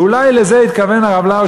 ואולי לזה התכוון הרב לאו,